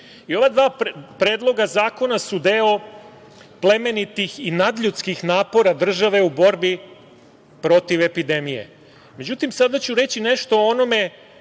Ova dva predloga zakona su deo plemenitih i nadljudskih napora države u borbi protiv epidemije.Međutim, sada ću reći nešto o onome